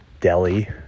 Delhi